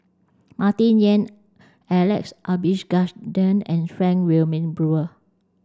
Martin Yan Alex Abisheganaden and Frank Wilmin Brewer